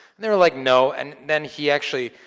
and they were like, no, and then he actually,